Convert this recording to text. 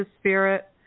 spirit